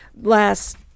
last